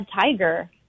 Tiger